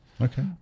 Okay